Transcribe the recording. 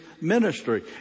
ministry